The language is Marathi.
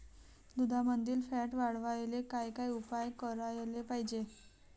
दुधामंदील फॅट वाढवायले काय काय उपाय करायले पाहिजे?